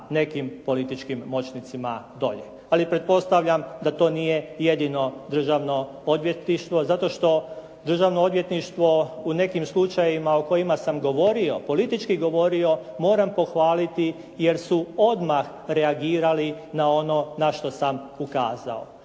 nekim političkim moćnicima dolje. Ali pretpostavljam da to nije jedino državno odvjetništvo zato što državno odvjetništvo u nekim slučajevima o kojima sam govorio, politički govorio moram pohvaliti jer su odmah reagirali na ono na što sam ukazao.